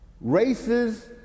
races